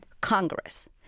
Congress